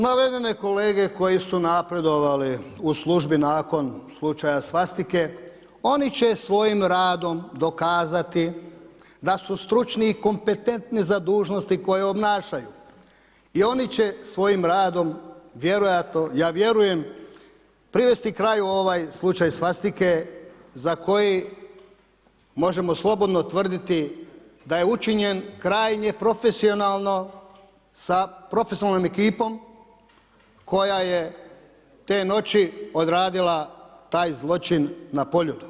Navedene kolege koji su napredovali u službi nakon slučaja svastike oni će svojim radom dokazati da su stručni i kompetentni za dužnosti koje obnašaju i oni će svojim radom vjerojatno ja vjerujem privesti kraju ovaj slučaj svastike za koji možemo slobodno tvrditi da je učinjen krajnje profesionalno sa profesionalnom ekipom koja je te noći odradila taj zločin na Poljudu.